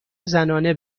زنانه